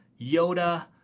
Yoda